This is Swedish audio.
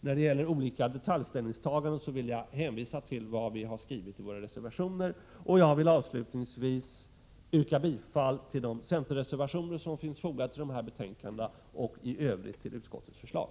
När det gäller olika detaljställningstaganden vill jag hänvisa till vad vi har skrivit i våra reservationer. Jag vill avslutningsvis yrka bifall till de centerreservationer som finns fogade till dessa betänkanden och i övrigt till utskottets förslag.